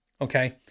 Okay